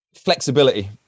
Flexibility